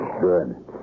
Good